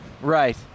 Right